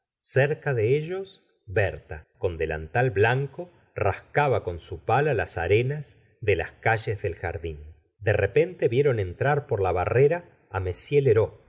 cerca de ellos berta con delantal blanco rascaba con su pala las arenas de las calles del jardín de repente vieron entrar por la barrera á